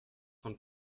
von